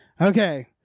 Okay